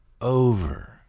over